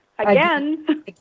Again